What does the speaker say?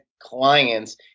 clients